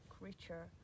creature